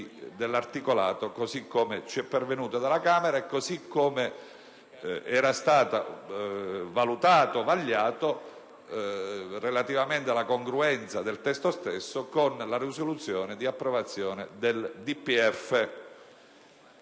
dell'articolato, così come ci è pervenuto dalla Camera e così come era stato valutato e vagliato relativamente alla congruenza del testo stesso con la risoluzione di approvazione del DPEF.